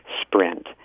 sprint